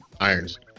irons